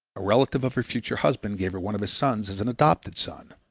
a relative of her future husband gave her one of his sons as an adopted son.